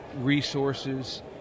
resources